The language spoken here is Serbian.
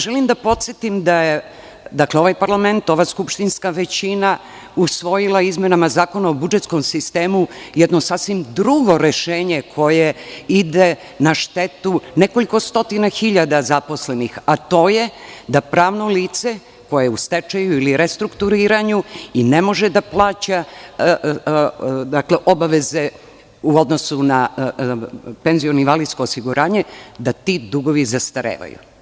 Želim da podsetim da je ovaj parlament, ova skupštinska većina usvojila izmenama Zakona o budžetskom sistemu jedno sasvim drugo rešenje koje ide na štetu nekoliko stotina hiljada zaposlenih, a to je da pravno lice koje je u stečaju ili restrukturiranju i ne može da plaća obaveze u odnosu na penziono i invalidsko osiguranje, da ti dugovi zastarevaju.